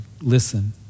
Listen